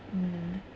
mm